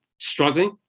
struggling